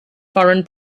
foreign